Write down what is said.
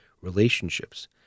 relationships